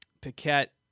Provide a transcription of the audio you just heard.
Paquette